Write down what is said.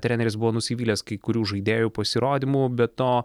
treneris buvo nusivylęs kai kurių žaidėjų pasirodymu be to